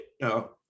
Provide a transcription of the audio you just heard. No